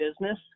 business